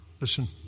Listen